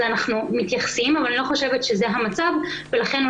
אנחנו מתייחסים אבל אני לא חושבת שזה המצב ולכן,